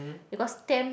because stamps